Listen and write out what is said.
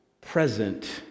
present